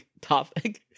topic